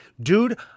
dude